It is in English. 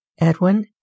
Edwin